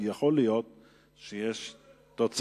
כי יכול להיות שיש תוצרת,